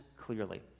clearly